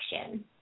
action